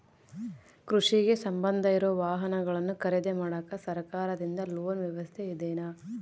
ಕೃಷಿಗೆ ಸಂಬಂಧ ಇರೊ ವಾಹನಗಳನ್ನು ಖರೇದಿ ಮಾಡಾಕ ಸರಕಾರದಿಂದ ಲೋನ್ ವ್ಯವಸ್ಥೆ ಇದೆನಾ?